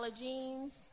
jeans